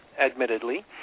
admittedly